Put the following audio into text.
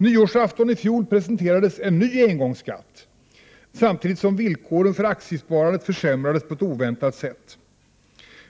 Nyårsafton i fjol presenterades en ny ”engångsskatt”, samtidigt som villkoren för aktiesparandet försämrades på ett oväntat sätt.